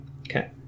okay